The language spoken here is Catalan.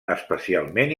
especialment